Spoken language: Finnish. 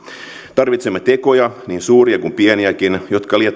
tarvitsemme tekoja niin suuria kuin pieniäkin jotka